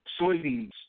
soybeans